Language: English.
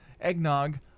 eggnog